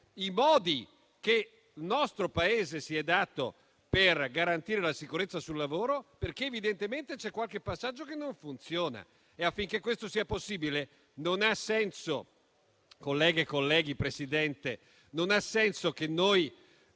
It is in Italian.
i modi che il nostro Paese si è dato per garantire la sicurezza sul lavoro, perché evidentemente c'è qualche passaggio che non funziona. Affinché questo sia possibile, non ha senso, colleghe e colleghi, Presidente, pretendere di